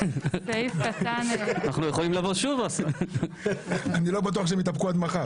אנחנו יכולים לבוא שוב --- אני לא בטוח שהם יתאפקו עד מחר.